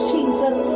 Jesus